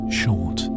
short